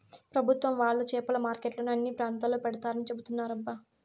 పెభుత్వం వాళ్ళు చేపల మార్కెట్లను అన్ని ప్రాంతాల్లో పెడతారని చెబుతున్నారబ్బా